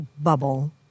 bubble